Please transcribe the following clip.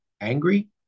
angry